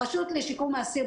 הרשות לשיקום האסיר,